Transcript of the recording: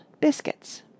biscuits